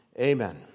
amen